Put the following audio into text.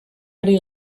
ari